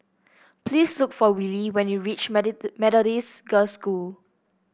please look for Willie when you reach Methodist Girls' School